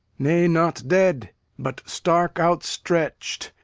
nay, not dead but stark outstretched,